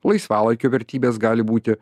laisvalaikio vertybės gali būti